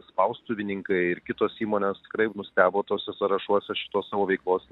spaustuvininkai ir kitos įmonės tikrai nustebo tuose sąrašuose šitos savo veiklos